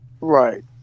Right